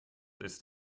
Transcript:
ist